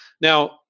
Now